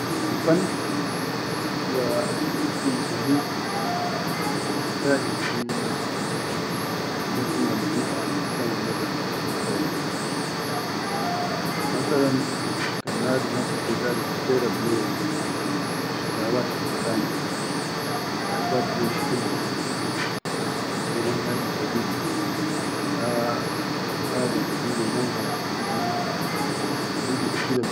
Alfan wa attiʼiddil sahi bisaʼid fi tinizzinal bila albikan annas aishi fiya, masalan kan nadum hassa ke terab le filawat fi bikan aʼa jaab le shuqul jadid qine hadi jadid aʼa kitaba jadide naw hana shuqul jadid sahi biʼaddil.